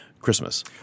Christmas